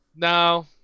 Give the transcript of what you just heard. No